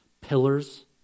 pillars